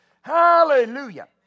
Hallelujah